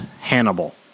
Hannibal